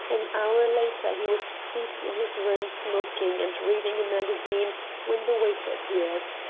an hour later he was seated in his room smoking and reading a magazine when the waiter appeared.